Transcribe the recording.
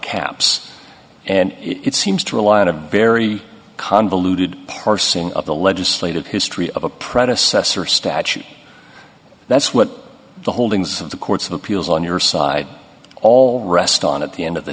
caps and it seems to rely on a very convoluted parsing of the legislative history of a predecessor statute that's what the holdings of the courts of appeals on your side all rest on at the end of the